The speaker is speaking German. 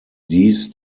dies